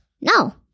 No